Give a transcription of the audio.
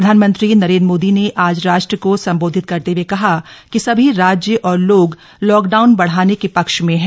प्रधानमंत्री नरेन्द्र मोदी ने आज राष्ट्र को संबोधित करते हुए कहा कि सभी राज्य और लोग लॉकडाउन बढ़ाने के पक्ष में हैं